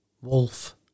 wolf